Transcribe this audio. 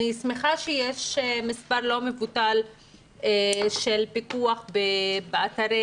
אני שמחה שיש מספר לא מבוטל של פיקוח באתרי